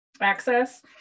access